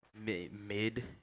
mid